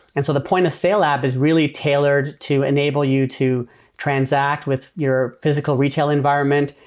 and so the point-of-sale app is really tailored to enable you to transact with your physical retail environment,